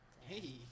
Hey